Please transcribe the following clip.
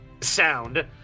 sound